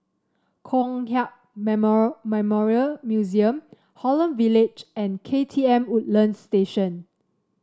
Kong Hiap Memorial Museum Holland Village and K T M Woodlands Station